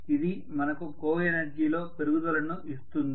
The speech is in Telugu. ఇది మనకు కోఎనర్జీలో పెరుగుదలను ఇస్తుంది